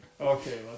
Okay